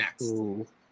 next